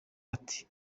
ati